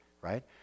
right